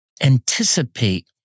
anticipate